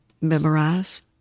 Memorize